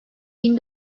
bin